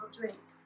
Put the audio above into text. drink